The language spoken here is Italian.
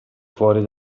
fuori